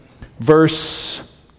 verse